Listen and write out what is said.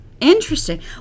Interesting